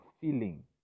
feeling